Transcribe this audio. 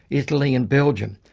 italy and belgium.